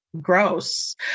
gross